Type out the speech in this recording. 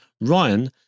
Ryan